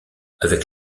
avec